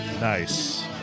Nice